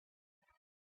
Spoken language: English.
life